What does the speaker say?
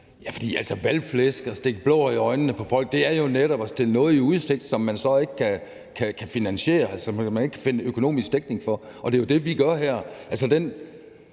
Altså, valgflæsk og det at stikke blår i øjnene på folk er jo netop at stille nogen noget i udsigt, som man så ikke kan finansiere, og som man ikke kan finde økonomisk dækning for. Og det er jo ikke det, vi gør her.